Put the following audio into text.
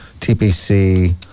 TPC